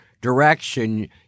direction